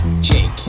Jake